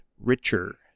richer